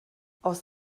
aus